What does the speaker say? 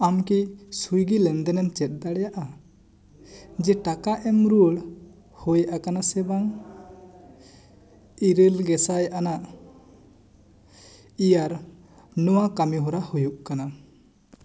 ᱟᱢ ᱠᱤ ᱥᱩᱭᱜᱤ ᱞᱮᱱᱫᱮᱢ ᱪᱮᱫ ᱫᱟᱲᱮᱭᱟᱜᱼᱟ ᱡᱮ ᱴᱟᱠᱟ ᱮᱢ ᱨᱩᱣᱟᱹᱲ ᱦᱩᱭ ᱟᱠᱟᱱᱟ ᱥᱮ ᱵᱟᱝ ᱤᱨᱟᱹᱞ ᱜᱮᱥᱟᱭ ᱟᱱᱟᱜ ᱤᱭᱟᱨ ᱱᱚᱣᱟ ᱠᱟᱢᱤ ᱦᱚᱨᱟ ᱦᱩᱭᱩᱜ ᱞᱟᱱᱟ